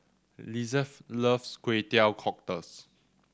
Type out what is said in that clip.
Lizeth loves Kway Teow Cockles